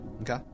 Okay